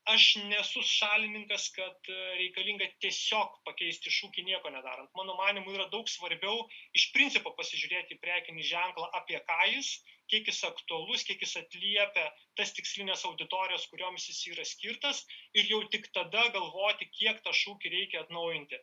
aš nesu šalininkas kad reikalinga tiesiog pakeisti šūkį nieko nedarant mano manymu yra daug svarbiau iš principo pasižiūrėti į prekinį ženklą apie ką jis kiek jis aktualus kiek jis atliepia tas tikslines auditorijas kurioms jis yra skirtas ir jau tik tada galvoti kiek tą šūkį reikia atnaujinti